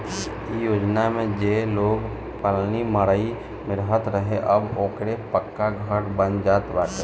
इ योजना में जे लोग पलानी मड़इ में रहत रहे अब ओकरो पक्का घर बन जात बाटे